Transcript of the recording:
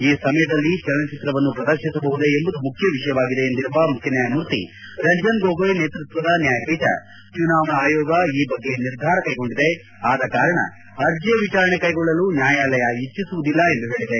ಈ ಸಮಯದಲ್ಲಿ ಚಲನಚಿತ್ರವನ್ನು ಪ್ರದರ್ಶಿಸಬಹುದೇ ಎಂಬುದು ಮುಖ್ಯ ವಿಷಯವಾಗಿದೆ ಎಂದಿರುವ ಮುಖ್ಯನ್ಯಾಯಮೂರ್ತಿ ರಂಜನ್ ಗೊಗೊಯ್ ನೇತೃತ್ವದ ನ್ಯಾಯಪೀಠ ಚುನಾವಣಾ ಆಯೋಗ ಈ ಬಗ್ಗೆ ನಿರ್ಧಾರ ಕೈಗೊಂಡಿದೆ ಆದ ಕಾರಣ ಅರ್ಜಿಯ ವಿಚಾರಣೆ ಕೈಗೊಳ್ಳಲು ನ್ವಾಯಾಲಯ ಇಚ್ಚಿಸುವುದಿಲ್ಲ ಎಂದು ಹೇಳಿದೆ